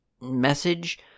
message